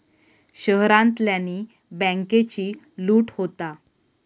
शहरांतल्यानी बॅन्केची लूट होता